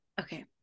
Okay